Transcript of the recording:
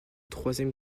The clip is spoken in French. troisième